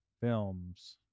films